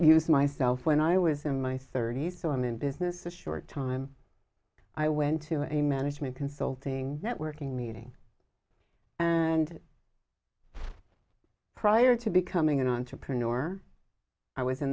use myself when i was in my thirty's so i'm in business a short time i went to a management consulting networking meeting and prior to becoming an entrepreneur i was in